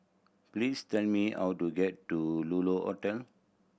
please tell me how to get to Lulu Hotel